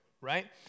Right